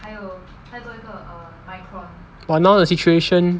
but now the situation